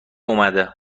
اومده